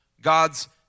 God's